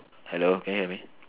hello can you hear me